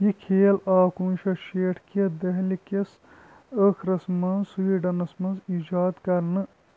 یہِ کھیل آو کُنوُہ شیٚتھ شیٹھ کہِ دٔہلہِ کِس ٲخٕرَس مَنٛز سویڈنَس مَنٛز ایٖجاد كَرنہٕ